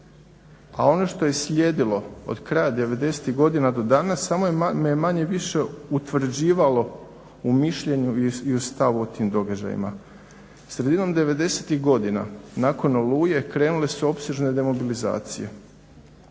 a ono što je slijedilo od kraja devedesetih godina do danas samo me je manje-više utvrđivalo u mišljenju i u stavu o tim događajima. Sredinom devedesetih godina nakon "Oluje" krenule su opsežne demobilizacije